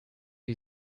you